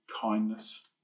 kindness